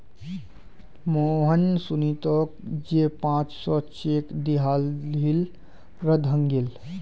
मोहन सुमीतोक जे पांच सौर चेक दियाहिल रद्द हंग गहील